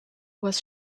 was